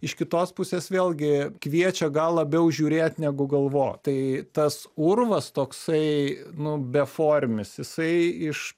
iš kitos pusės vėlgi kviečia gal labiau žiūrėt negu galvot tai tas urvas toksai nu beformis jisai iš